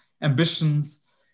ambitions